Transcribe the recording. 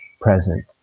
present